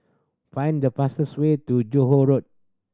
find the fastest way to Johore Road